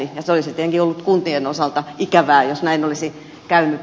se olisi tietenkin ollut kuntien osalta ikävää jos näin olisi käynyt